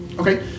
Okay